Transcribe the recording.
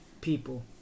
people